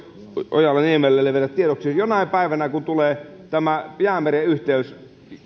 ojala niemelälle vielä tiedoksi jonain päivänä kun tulee tämä jäämeren yhteys